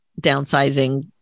downsizing